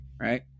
right